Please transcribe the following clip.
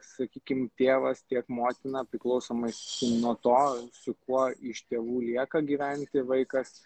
sakykim tėvas tiek motina priklausomai nuo to su kuo iš tėvų lieka gyventi vaikas